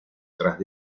tras